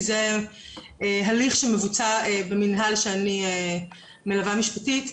כי זה הליך שמבוצע במינהל שאני מלווה משפטית.